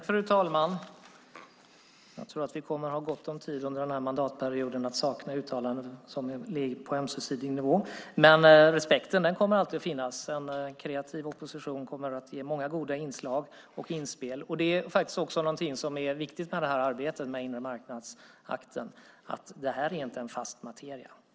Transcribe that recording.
Fru talman! Jag tror att vi kommer att ha gott om tid under den här mandatperioden att ömsesidigt sakna uttalanden. Respekten kommer alltid att finnas. En kreativ kommer att ge många goda inslag och inspel. Det är viktigt i arbetet med inre marknadsakten att det inte är en fast materia.